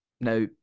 Now